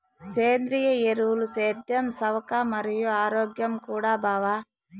సేంద్రియ ఎరువులు సేద్యం సవక మరియు ఆరోగ్యం కూడా బావ